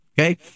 Okay